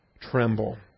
tremble